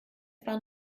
bahn